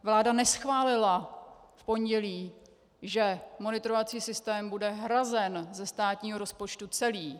Vláda neschválila v pondělí, že monitorovací systém bude hrazen ze státního rozpočtu celý.